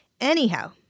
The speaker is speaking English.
Anyhow